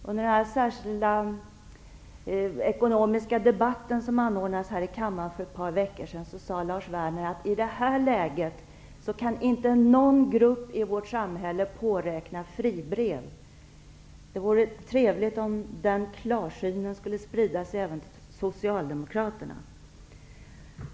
I den särskilda ekonomiska debatt som anordnades i kammaren för ett par veckor sedan sade Lars Werner, att i detta läge kan inte någon grupp i vårt samhälle påräkna fribrev. Det vore trevligt om den klarsynen kan sprida sig även till Socialdemokraterna.